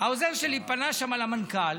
העוזר שלי פנה שם למנכ"ל